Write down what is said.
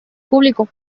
público